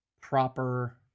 proper